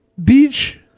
beach